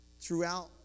throughout